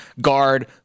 Guard